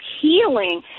healing